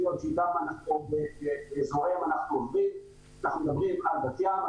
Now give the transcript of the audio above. אנחנו מדברים על בת-ים,